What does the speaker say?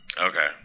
Okay